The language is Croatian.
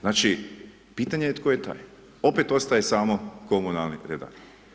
Znači, pitanje je tko je taj, opet ostaje samo komunalni redar.